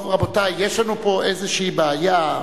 רבותי, יש לנו פה איזו בעיה.